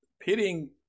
pitting